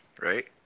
right